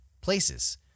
places